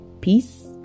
peace